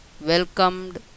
welcomed